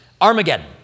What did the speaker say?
Armageddon